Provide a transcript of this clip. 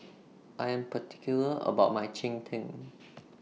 I Am particular about My Cheng Tng